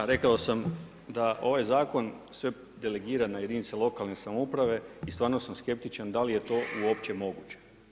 Da, rekao sam da ovaj zakon sve delegira na jedinice lokalne samouprave i stvarno sam skeptičan da li je to uopće moguće.